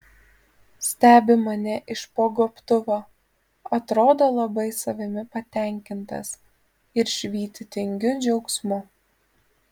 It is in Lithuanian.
stebi mane iš po gobtuvo atrodo labai savimi patenkintas ir švyti tingiu džiaugsmu